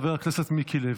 חבר הכנסת מיקי לוי.